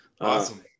Awesome